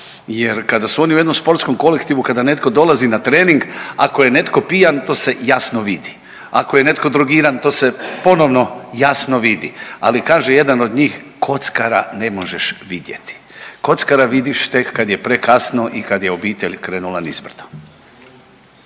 jer kada su oni u jednom sportskom kolektivu, kada netko dolazi na trening, ako je netko pijan to se jasno vidi, ako je netko drogiran to se ponovno jasno vidi, ali kaže jedan od njih kockara ne možeš vidjeti, kockara vidiš tek kad je prekasno i kad je obitelj krenula nizbrdo.